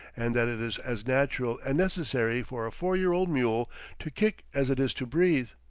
and that it is as natural and necessary for a four-year-old mule to kick as it is to breathe,